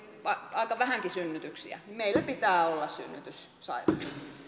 aika vähänkin synnytyksiä meillä pitää olla synnytyssairaalat